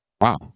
wow